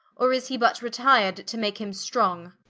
or is he but retir'd to make him strong?